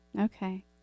Okay